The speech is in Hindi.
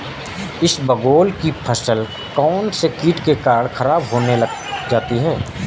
इसबगोल की फसल कौनसे कीट के कारण खराब होने लग जाती है?